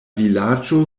vilaĝo